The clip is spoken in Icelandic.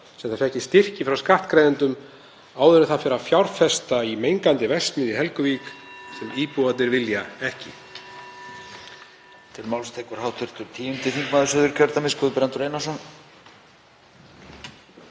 sem það fékk í styrki frá skattgreiðendum áður en það fer að fjárfesta í mengandi verksmiðju í Helguvík sem íbúarnir vilja ekki?